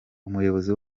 umuyobozi